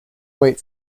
wait